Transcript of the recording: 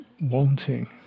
wanting